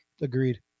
Agreed